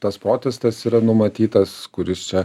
tas protestas yra numatytas kuris čia